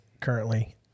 currently